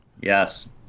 Yes